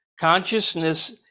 Consciousness